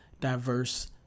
diverse